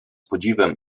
podziwem